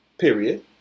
Period